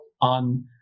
on